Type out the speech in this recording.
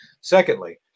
Secondly